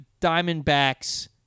Diamondbacks